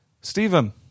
Stephen